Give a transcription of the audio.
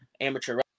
amateur